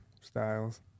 styles